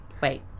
Wait